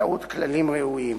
באמצעות כללים ראויים.